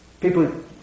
People